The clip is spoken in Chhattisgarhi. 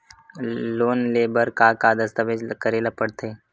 लोन ले बर का का दस्तावेज करेला पड़थे?